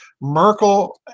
Merkel